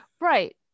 Right